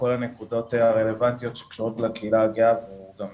הנקודות הרלבנטיות שקשורות לקהילה הגאה והוא גם